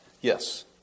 Yes